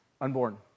unborn